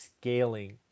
scaling